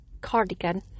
Cardigan